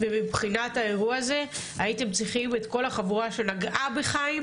ומבחינת האירוע הזה הייתם צריכים את כל החבורה שנגעה בחיים,